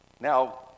Now